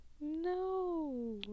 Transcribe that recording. No